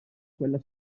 quella